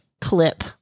Clip